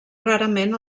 rarament